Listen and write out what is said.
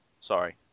Sorry